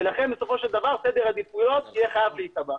לכן בסופו של דבר סדר עדיפויות יהיה חייב להיקבע.